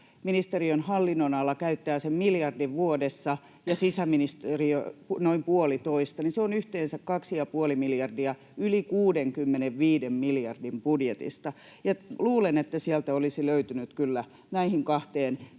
oikeusministeriön hallinnonala käyttää sen miljardin vuodessa ja sisäministeriö noin puolitoista, niin se on yhteensä 2,5 miljardia yli 65 miljardin budjetista, ja luulen, että sieltä olisi löytynyt kyllä näihin kahteen